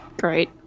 Great